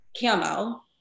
camo